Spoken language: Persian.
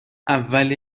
اول